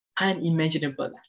unimaginable